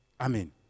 Amen